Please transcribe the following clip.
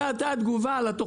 זו הייתה תגובה לתוכנית.